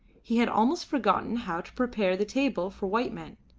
he had almost forgotten how to prepare the table for white men.